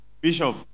Bishop